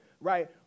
right